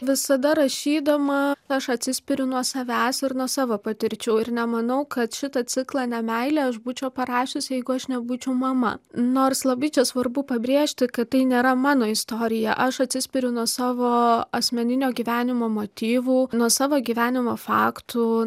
visada rašydama aš atsispiriu nuo savęs ir nuo savo patirčių ir nemanau kad šitą ciklą ne meilė aš būčiau parašius jeigu aš nebūčiau mama nors labai čia svarbu pabrėžti kad tai nėra mano istorija aš atsispiriu nuo savo asmeninio gyvenimo motyvų nuo savo gyvenimo faktų